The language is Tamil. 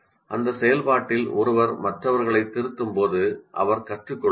அந்தச் செயல்பாட்டில் நீங்கள் மற்றவர்களைத் திருத்தும்போது ஒருவர் கற்றுக்கொள்வார்